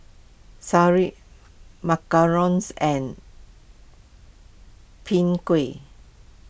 Sireh Macarons and Pin Kueh